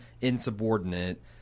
insubordinate